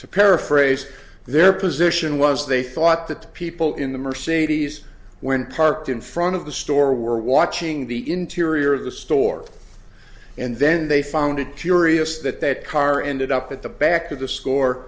to paraphrase their position was they thought that people in the mercedes when parked in front of the store were watching the interior of the store and then they found it curious that that car ended up at the back of the score